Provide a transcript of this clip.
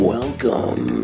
Welcome